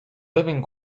living